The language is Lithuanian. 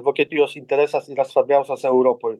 vokietijos interesas yra svarbiausias europoj